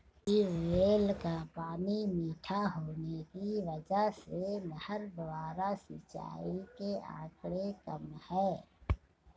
tubewell का पानी मीठा होने की वजह से नहर द्वारा सिंचाई के आंकड़े कम है